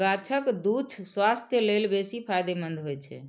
गाछक दूछ स्वास्थ्य लेल बेसी फायदेमंद होइ छै